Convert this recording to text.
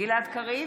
גלעד קריב,